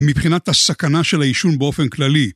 מבחינת הסכנה של העישון באופן כללי.